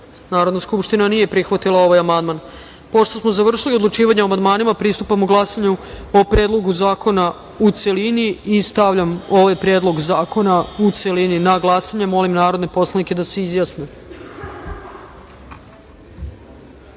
Narodna skupština nije prihvatila ovaj amandman. Pošto smo završili odlučivanje o amandmanima, pristupamo glasanju o Predlogu zakona u celini. Stavljam Predlog zakona u celini na glasanje. Molim narodne poslanike da se